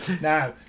Now